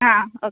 ആ ആ ഓക്കെ